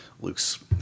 Luke's